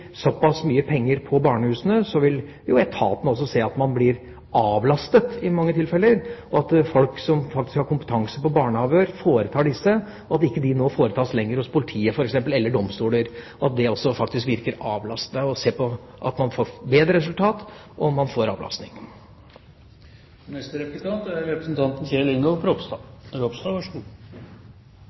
såpass mye penger på barnehusene, vil etatene også se at man blir avlastet i mange tilfeller, at det også virker avlastende at folk som faktisk har kompetanse på barneavhør, foretar disse, og at det at de ikke lenger foretas f.eks. hos politiet eller